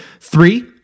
three